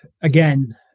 again